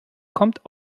kommt